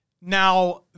Now